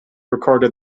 recorded